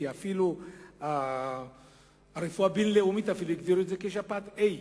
כי אפילו הרפואה הבין-לאומית הגדירה את זה כשפעת A,